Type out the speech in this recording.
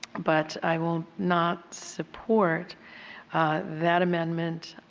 but i will not support that amendment.